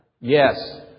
yes